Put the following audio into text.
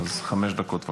חמש דקות.